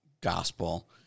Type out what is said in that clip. gospel